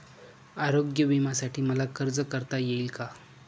आरोग्य विम्यासाठी मला अर्ज करता येईल का?